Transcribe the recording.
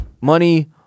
money